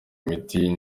imiti